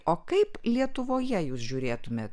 o kaip lietuvoje jūs žiūrėtumėt